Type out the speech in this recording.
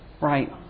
Right